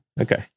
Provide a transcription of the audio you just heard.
okay